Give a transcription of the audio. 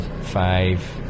five